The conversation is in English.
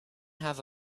have